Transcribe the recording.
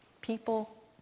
people